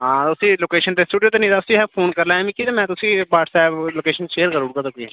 हां उस्सी लोकेशन दस्सी ओड़ेओ ते नेईं ते उस्सी अहें फोन करी लैएआं मिकी ते में उस्सी व्हाट्सऐप्प उप्पर लोकेशन शेयर करी ओड़गा तुकी